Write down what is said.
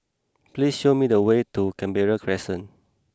please show me the way to Canberra Crescent